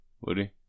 Woody